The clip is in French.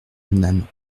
madame